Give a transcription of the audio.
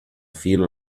fila